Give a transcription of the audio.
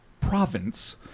Province